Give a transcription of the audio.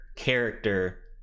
character